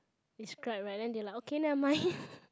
describe right then they like okay never mind